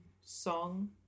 song